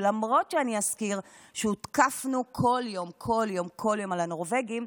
למרות שאני אזכיר שהותקפנו כל יום כל יום כל יום על הנורבגים,